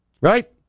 right